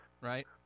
right